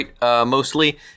mostly